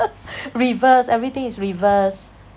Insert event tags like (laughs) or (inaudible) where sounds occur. (laughs) reverse everything is reversed